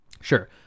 sure